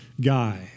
guy